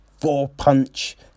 four-punch